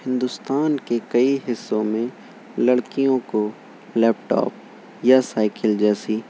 ہندوستان کے کئی حصوں میں لڑکیوں کو لیپ ٹاپ یا سائیکل جیسی